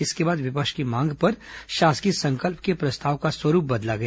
इसके बाद विपक्ष की मांग पर शासकीय संकल्प के प्रस्ताव का स्वरूप बदला गया